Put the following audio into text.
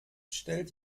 stellt